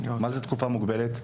מהי תקופה מוגבלת?